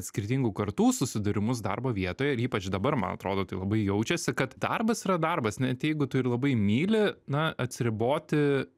skirtingų kartų susidūrimus darbo vietoje ir ypač dabar man atrodo tai labai jaučiasi kad darbas yra darbas net jeigu tu ir labai myli na atsiriboti